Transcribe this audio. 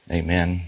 amen